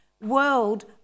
world